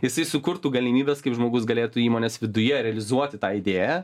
jisai sukurtų galimybes kaip žmogus galėtų įmonės viduje realizuoti tą idėją